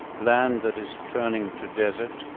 land that is turning to desert,